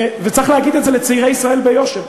וצריך להגיד את זה לצעירי ישראל ביושר: